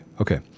Okay